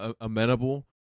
amenable